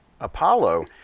Apollo